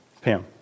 Pam